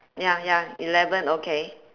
ya ya eleven okay